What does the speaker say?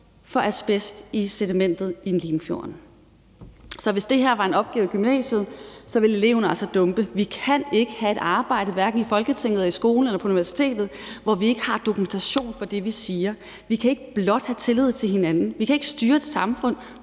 af asbest i sedimentet i Limfjorden. Så hvis det her var en opgave i gymnasiet, ville eleven altså dumpe. Vi kan ikke have et arbejde, hverken i Folketinget, i skolen eller på universitetet, hvor vi ikke har dokumentation for det, vi siger. Vi kan ikke blot have tillid til hinanden. Vi kan ikke styre et samfund